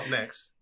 next